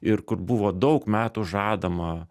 ir kur buvo daug metų žadama